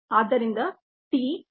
ಆದ್ದರಿಂದ t 1